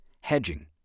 hedging